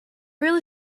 really